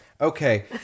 Okay